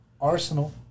Arsenal